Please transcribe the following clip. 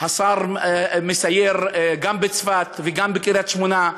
השר מסייר גם בצפת וגם בקריית-שמונה,